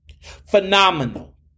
Phenomenal